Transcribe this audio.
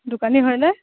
দোকানী হয়নে